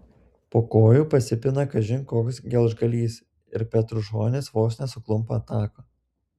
po kojų pasipina kažin koks geležgalys ir petrušonis vos nesuklumpa ant tako